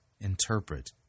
interpret